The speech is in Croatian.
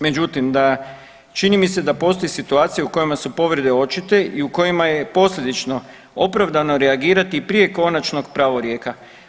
Međutim da, čini mi se da postoje situacije u kojima su povrede očite i u kojima je posljedično opravdano reagirati i prije konačnog pravorijeka.